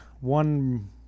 one